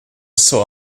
saw